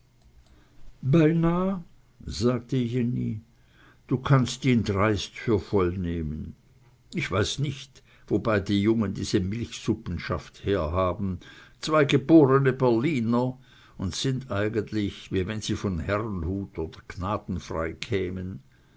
beinah sagte jenny du kannst ihn dreist für voll nehmen ich weiß nicht wo beide jungen diese milchsuppenschaft herhaben zwei geborene berliner und sind eigentlich wie wenn sie von herrnhut oder gnadenfrei kämen